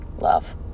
love